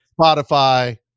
Spotify